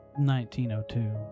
1902